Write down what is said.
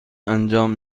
انجام